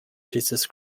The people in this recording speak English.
jesus